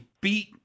beat